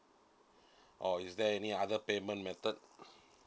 or is there any other payment method